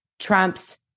Trump's